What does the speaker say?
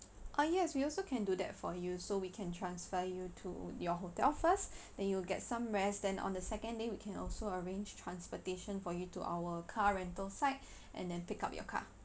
ah yes we also can do that for you so we can transfer you to your hotel first then you will get some rest then on the second day we can also arrange transportation for you to our car rental side and then pick up your car